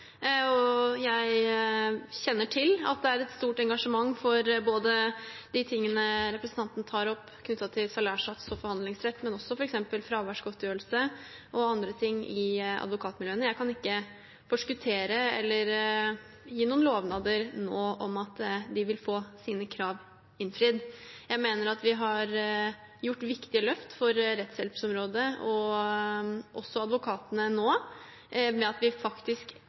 Jeg kjenner til at det er et stort engasjement for både det representanten tar opp knyttet til salærsats og forhandlingsrett, og også f.eks. fraværsgodtgjørelse og andre ting i advokatmiljøene. Jeg kan ikke forskuttere eller gi noen lovnader nå om at de vil få sine krav innfridd. Jeg mener at vi har gjort viktige løft for rettshjelpsområdet og også advokatene ved at vi faktisk